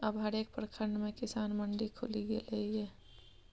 अब हरेक प्रखंड मे किसान मंडी खुलि गेलै ये